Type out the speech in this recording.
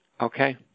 Okay